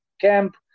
camp